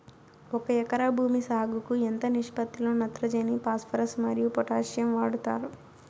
ఒక ఎకరా భూమి సాగుకు ఎంత నిష్పత్తి లో నత్రజని ఫాస్పరస్ మరియు పొటాషియం వాడుతారు